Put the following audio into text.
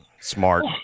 Smart